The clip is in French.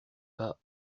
pas